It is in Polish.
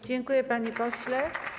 Dziękuję, panie pośle.